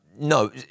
No